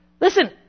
Listen